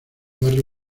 barrio